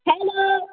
hello